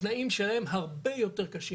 התנאים שלהם הם הרבה יותר קשים,